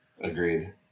Agreed